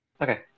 Okay